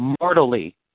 mortally